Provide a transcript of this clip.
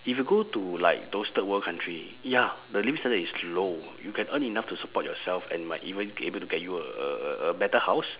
if you go to like those third world country ya the living standard is low you can earn enough to support yourself and might even be able to get you a a a better house